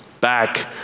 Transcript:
back